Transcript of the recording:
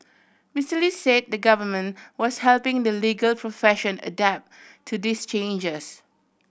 Mister Lee say the Government was helping the legal profession adapt to these changes